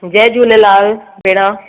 जय झूलेलाल भेण